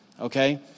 okay